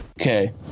Okay